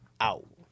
out